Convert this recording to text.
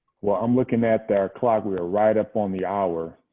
well, i'm looking at our clock. we're right up on the hour.